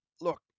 look